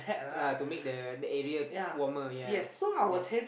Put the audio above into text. ah to make the the area warmer ya yes